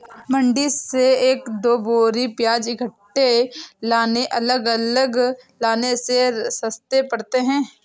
मंडी से एक दो बोरी प्याज इकट्ठे लाने अलग अलग लाने से सस्ते पड़ते हैं